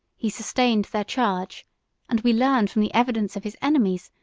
he sustained their charge and we learn from the evidence of his enemies,